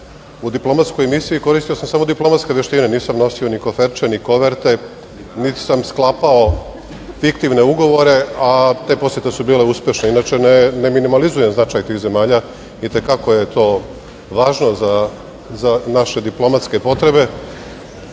u diplomatskoj misiji koristio sam samo diplomatske veštine nisam nosio ni koferče, ni koverte, niti sam sklapao fiktivne ugovore, a te posete su bile uspešne. Inače, ne minimalizujem značaj tih zemalja, i te kako je to važno za naše diplomatske potrebe,